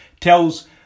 tells